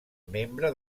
membre